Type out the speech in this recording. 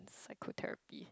psychotherapy